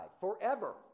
Forever